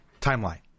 timeline